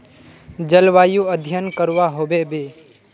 जलवायु अध्यन करवा होबे बे?